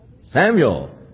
Samuel